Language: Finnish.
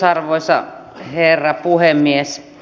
arvoisa herra puhemies